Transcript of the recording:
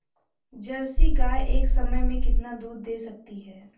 Jersey गाय एक समय में कितना दूध दे सकती है?